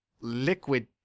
Liquid